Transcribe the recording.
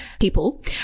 people